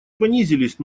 понизились